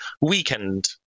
weekend